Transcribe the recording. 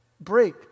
break